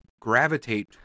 gravitate